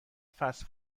فست